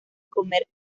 comer